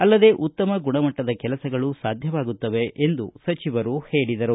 ಅಲ್ಲದೇ ಉತ್ತಮ ಗುಣಮಟ್ಟದ ಕೆಲಸಗಳು ಸಾಧ್ಯವಾಗುತ್ತವೆ ಎಂದು ಸಚಿವರು ಹೇಳಿದರು